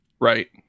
right